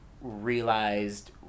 realized